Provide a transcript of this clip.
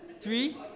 Three